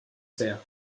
sea